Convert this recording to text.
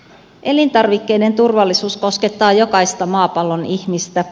elintarvikkeiden turvallisuus koskettaa jokaista maapallon ihmistä